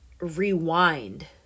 rewind